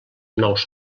nous